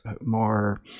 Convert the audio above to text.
more